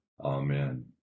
Amen